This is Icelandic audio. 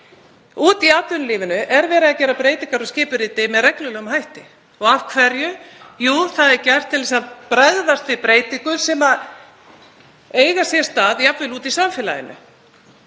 atvinnulífinu er verið að gera breytingar á skipuriti með reglulegum hætti. Af hverju? Jú, það er gert til að bregðast við breytingum sem eiga sér stað, jafnvel úti í samfélaginu.